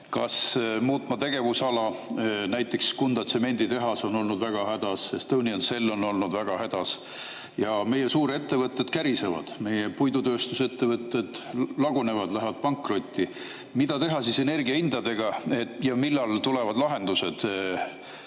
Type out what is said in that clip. muutma tegevusala? Näiteks on Kunda tsemenditehas olnud väga hädas, Estonian Cell on olnud väga hädas. Meie suurettevõtted kärisevad, meie puidutööstusettevõtted lagunevad, lähevad pankrotti. Mida teha energiahindadega ja millal tulevad lahendused,